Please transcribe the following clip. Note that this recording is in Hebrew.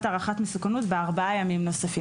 הערכת מסוכנות בארבעה ימים נוספים.